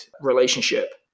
relationship